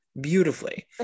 beautifully